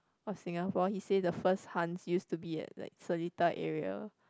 of Singapore he say the first hans use to be at like Seletar area